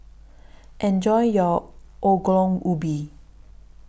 Enjoy your Ongol Ubi